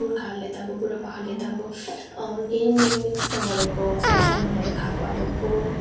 पुर्खाहरूले त अब बुढापाकाहरूले त अब अरू केहीमा मिक्स नगरेको सर सामानहरू खाएको अबको